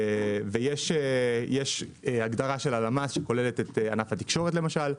יש הגדרה של הלמ"ס שכוללת את ענף התקשורת, למשל.